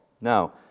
Now